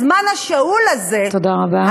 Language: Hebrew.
הזמן השאול הזה, תודה רבה.